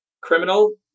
criminal